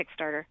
Kickstarter